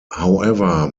however